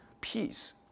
peace